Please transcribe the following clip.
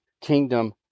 kingdom